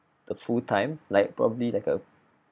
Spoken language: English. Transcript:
a full time like probably like a